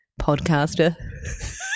podcaster